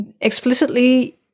explicitly